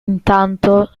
intanto